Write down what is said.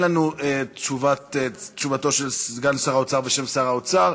אין לנו תשובתו של סגן שר האוצר בשם שר האוצר,